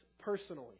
personally